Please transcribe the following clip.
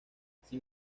sin